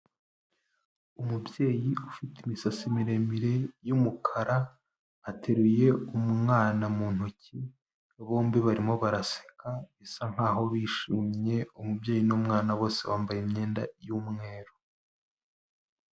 Umubyeyi ufite imisatsi miremire y'umukara, ateruye umwana mu ntoki, bombi barimo baraseka bisa nkaho bishimye, umubyeyi n'umwana bose bambaye imyenda y'umweru.